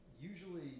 usually